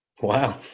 Wow